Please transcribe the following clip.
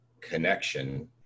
connection